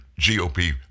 GOP